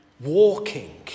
walking